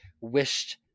wished